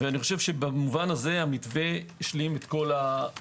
אני חושב שבמובן הזה המתווה השלים את כל מטרותיו.